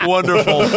Wonderful